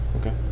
okay